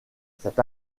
cette